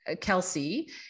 Kelsey